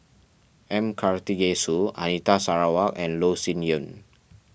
M Karthigesu Anita Sarawak and Loh Sin Yun